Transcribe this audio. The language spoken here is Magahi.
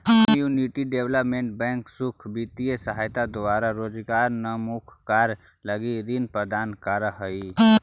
कम्युनिटी डेवलपमेंट बैंक सुख वित्तीय सहायता द्वारा रोजगारोन्मुख कार्य लगी ऋण प्रदान करऽ हइ